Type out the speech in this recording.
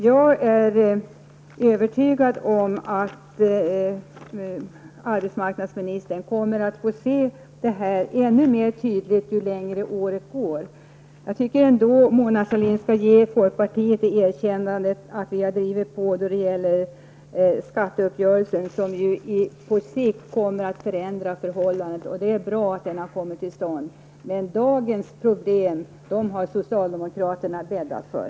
Jag är övertygad om att arbetsmarknadsministern kommer att få se det här tydligare ju längre åren går. Jag tycker ändå att Mona Sahlin skulle kunna ge oss i folkpartiet ett erkännande. Vi har ju drivit på då det gäller skatteuppgörelsen, som på sikt kommer att innebära en förändring. Det är alltså bra att skatteuppgörelsen har kommit till stånd. Men dagens problem har socialdemokraterna bäddat för.